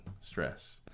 stress